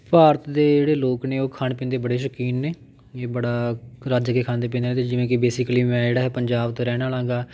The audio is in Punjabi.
ਭਾਰਤ ਦੇ ਜਿਹੜੇ ਲੋਕ ਨੇ ਉਹ ਖਾਣ ਪੀਣ ਦੇ ਬੜੇ ਸ਼ੌਕੀਨ ਨੇ ਇਹ ਬੜਾ ਰੱਜ ਕੇ ਖਾਂਦੇ ਪੀਂਦੇ ਆ ਅਤੇ ਜਿਵੇਂ ਕਿ ਬੇਸਿਕਲੀ ਮੈਂ ਜਿਹੜਾ ਹੈ ਪੰਜਾਬ ਤੋਂ ਰਹਿਣ ਵਾਲਾ ਹੈਗਾ